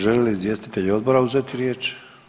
Žele li izvjestitelji odbora uzeti riječ?